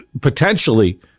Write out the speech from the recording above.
potentially